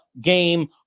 game